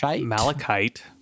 Malachite